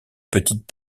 petite